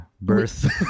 birth